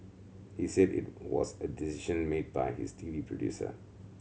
he said it was a decision made by his T V producer